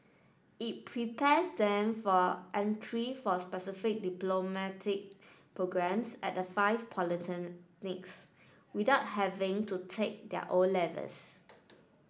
it prepares them for entry for specific diplomatic programmes at the five polytechnics without having to take their O levels